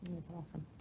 that's awesome.